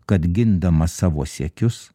kad gindamas savo siekius